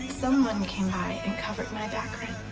someone came and covered my back rent.